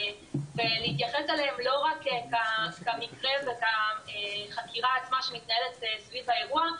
ולהתייחס אליהם לא רק כמקרה והחקירה עצמה שמתנהלת סביב האירוע,